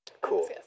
Cool